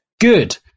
Good